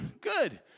good